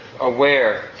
aware